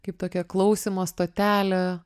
kaip tokia klausymo stotelė